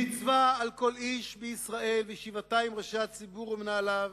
רכוש הציבור מעכשיו.